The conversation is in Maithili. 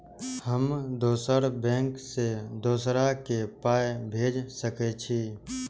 हम दोसर बैंक से दोसरा के पाय भेज सके छी?